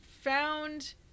found